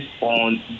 on